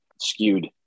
skewed